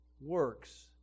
works